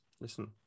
Listen